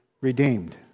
redeemed